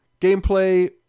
Gameplay